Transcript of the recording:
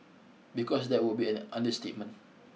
because that would be an understatement